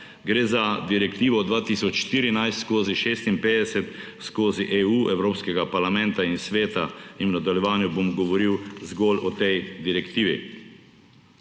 Gre za direktivo 2014/56/EU Evropskega parlamenta in Sveta. In v nadaljevanju bom govoril zgolj o tej direktivi.